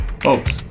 Folks